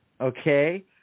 okay